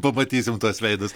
pamatysim tuos veidus